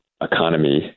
economy